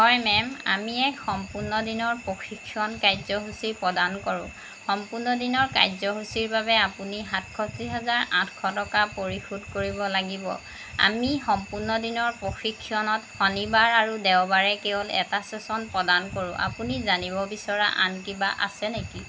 হয় মেম আমি এক সম্পূৰ্ণ দিনৰ প্ৰশিক্ষণ কাৰ্যসূচী প্ৰদান কৰোঁ সম্পূৰ্ণ দিনৰ কাৰ্যসূচীৰ বাবে আপুনি সাতষষ্ঠি হাজাৰ আঠশ টকা পৰিশোধ কৰিব লাগিব আমি সম্পূৰ্ণ দিনৰ প্ৰশিক্ষণত শনিবাৰ আৰু দেওবাৰে কেৱল এটা ছেচন প্ৰদান কৰোঁ আপুনি জানিব বিচৰা আন কিবা আছে নেকি